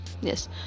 Yes